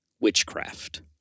Witchcraft